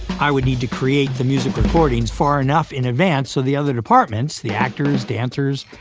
i would need to create the music recording far enough in advance so the other departments, the actors, dancers,